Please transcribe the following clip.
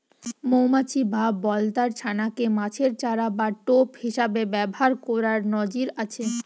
মউমাছি বা বলতার ছানা কে মাছের চারা বা টোপ হিসাবে ব্যাভার কোরার নজির আছে